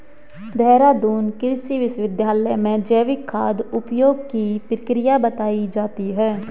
देहरादून कृषि विश्वविद्यालय में जैविक खाद उपयोग की प्रक्रिया बताई जाती है